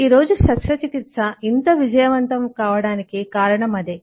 ఈ రోజు శస్త్రచికిత్స ఇంత విజయవంతం కావడానికి కారణం అదే